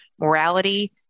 morality